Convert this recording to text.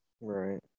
Right